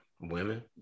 Women